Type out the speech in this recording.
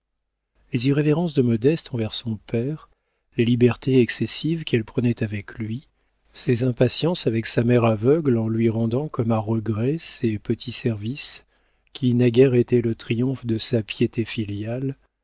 les irrévérences de modeste envers son père les libertés excessives qu'elle prenait avec lui ses impatiences avec sa mère aveugle en lui rendant comme à regret ces petits services qui naguère étaient le triomphe de sa piété filiale